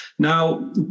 Now